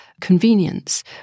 convenience